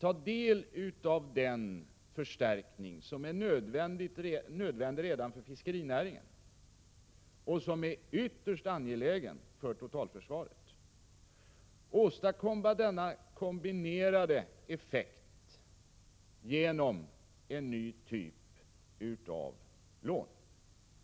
få del av den förstärkning som är nödvändig redan för fiskerinäringen, och som är ytterst angelägen för totalförsvaret, och åstadkomma denna kombinerade effekt genom en ny typ av lån.